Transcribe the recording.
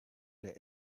der